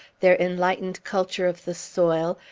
their enlightened culture of the soil,